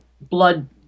blood